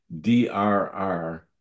drr